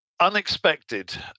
Unexpected